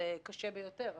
זה קשה ביותר הרי.